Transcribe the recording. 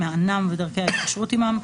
מענם ודרכי ההתקשרות עמם,